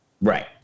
Right